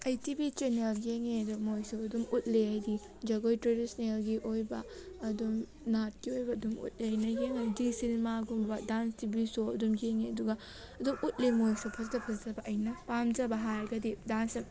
ꯑꯩ TV channel ꯌꯦꯡꯉꯦ ꯑꯗꯣ ꯃꯣꯏꯁꯨ ꯑꯗꯨꯝ ꯎꯠꯂꯦ ꯍꯥꯏꯗꯤ ꯖꯒꯣꯏ ꯇ꯭ꯔꯦꯗꯤꯁꯅꯦꯜꯒꯤ ꯑꯧꯏꯕ ꯑꯗꯨꯝ ꯅꯠꯀꯤ ꯑꯣꯏꯕ ꯑꯗꯨꯝ ꯎꯠꯂꯦ ꯑꯩꯅ ꯌꯦꯡꯉꯗꯤ ꯁꯤꯅꯤꯃꯥꯒꯨꯝꯕ ꯗꯥꯟꯁ ꯇꯤꯚꯤ ꯁꯣ ꯑꯗꯨꯝ ꯌꯦꯡꯉꯦ ꯑꯗꯨꯒ ꯑꯗꯨꯝ ꯎꯠꯂꯤ ꯃꯣꯏꯁꯨ ꯐꯖ ꯐꯖꯕ ꯑꯩꯅ ꯄꯥꯝꯖꯕ ꯍꯥꯏꯔꯒꯗꯤ ꯗꯥꯟꯁ